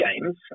games